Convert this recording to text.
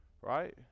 Right